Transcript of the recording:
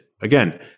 again